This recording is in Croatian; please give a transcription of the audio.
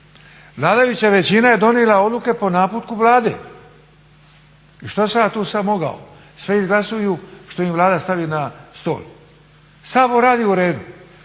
Vladajuća većina je donijela odluke po naputku Vlade i što sam ja tu sad mogao, sve izglasuju što im Vlada stavi na stol. Sabor radi u redu.